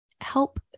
help